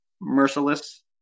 merciless